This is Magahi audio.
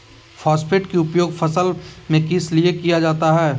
फॉस्फेट की उपयोग फसल में किस लिए किया जाता है?